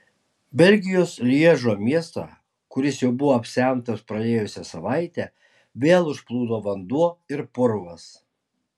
belgijos lježo miestą kuris jau buvo apsemtas praėjusią savaitę vėl užplūdo vanduo ir purvas